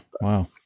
Wow